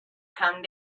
come